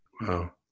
wow